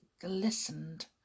glistened